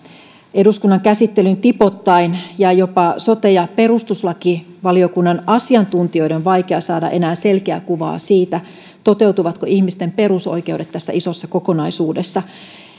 eduskunnan käsittelyyn tipoittain ja jopa sote ja perustuslakivaliokunnan asiantuntijoiden on vaikea saada enää selkeää kuvaa siitä toteutuvatko ihmisten perusoikeudet tässä isossa kokonaisuudessa